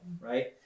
Right